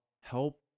help